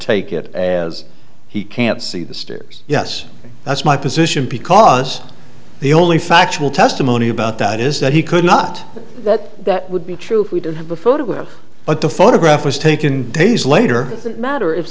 take it as he can't see the stairs yes that's my position because the only factual testimony about that is that he could not that that would be true we don't have a photograph but the photograph was taken days later matter if